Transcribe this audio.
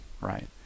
Right